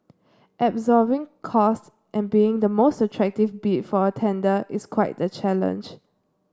absorbing costs and being the most attractive bid for a tender is quite the challenge